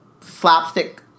slapstick